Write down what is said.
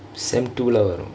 sem two வரும்:varum